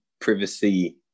privacy